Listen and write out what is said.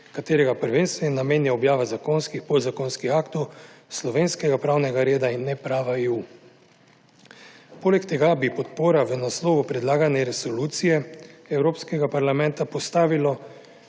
katerega prvenstveni namen je objava zakonskih in podzakonskih aktov slovenskega pravnega reda in ne prava EU. Poleg tega bi podpora v naslovu predlagano resolucijo Evropskega parlamenta postavila